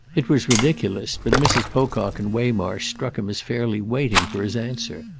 it was ridiculous, but mrs. pocock and waymarsh struck him as fairly waiting for his answer.